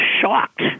shocked